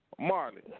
Marley